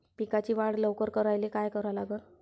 पिकाची वाढ लवकर करायले काय करा लागन?